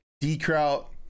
D-Kraut